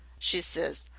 she ses,